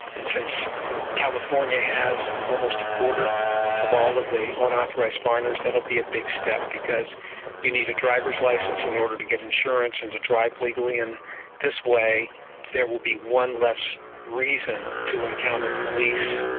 and since california has almost a quarter of all of the unauthorised foreigners, that will be a big step because you need a drivers license in order to get insurance and to drive legally, and this way there will be one less reason to encounter police.